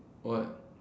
what